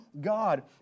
God